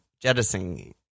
jettisoning